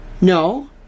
No